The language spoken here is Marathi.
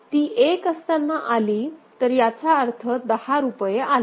ती 1 असताना आली तर याचा अर्थ 10 रुपये आले